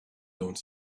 don’t